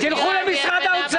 --- תלכו למשרד האוצר.